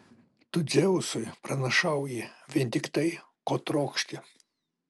tu dzeusui pranašauji vien tik tai ko trokšti